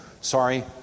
sorry